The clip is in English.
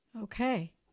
Okay